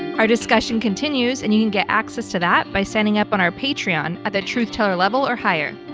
our discussion continues, and you can get access to that by signing up on our patreon at the truth teller level or higher.